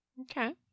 Okay